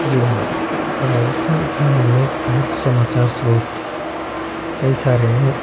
जी हाँ राजस्थान ग्रामीण में मुख्य समाचार स्रोत कई सारे हैं